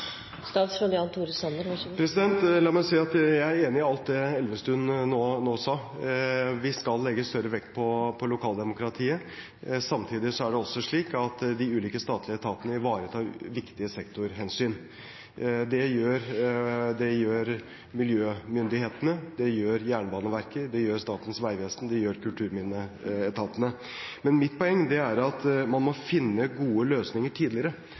La meg si at jeg er enig i alt det Elvestuen nå sa. Vi skal legge større vekt på lokaldemokratiet, men samtidig ivaretar de ulike statlige etatene viktige sektorhensyn. Det gjør miljømyndighetene, Jernbaneverket, Statens vegvesen og kulturminneetatene. Men mitt poeng er at man må finne gode løsninger tidligere,